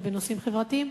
ובנושאים חברתיים,